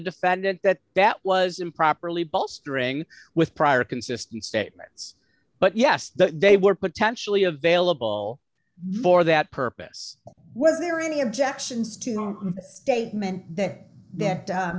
defendant that that was improperly bolstering with prior consistent statements but yes they were potentially available for that purpose was there any objections to the statement that th